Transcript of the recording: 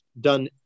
done